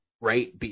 right